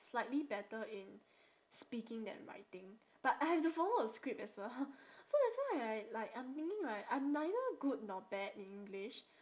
slightly better in speaking than writing but I have to follow a script as well so that's why I like I'm thinking right I'm neither good nor bad in english